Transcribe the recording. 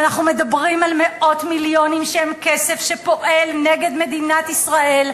ואנחנו מדברים על מאות מיליונים שהם כסף שפועל נגד מדינת ישראל,